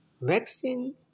Vaccine